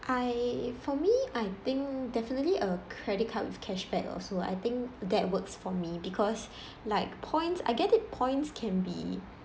I for me I think definitely a credit card with cashback or so I think that works for me because like points I get it points can be